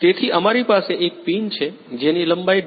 તેથી અમારી પાસે એક પિન છે જેની લંબાઈ 2